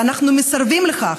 ואנחנו מסרבים לכך.